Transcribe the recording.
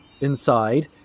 inside